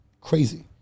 Crazy